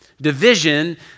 Division